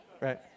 right